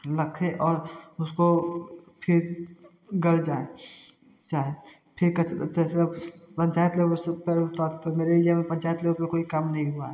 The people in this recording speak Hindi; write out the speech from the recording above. और और उसको फिर गल जाए मेरे एरिया में पंचायत में कोई काम नहीं हुआ है